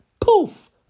poof